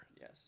Yes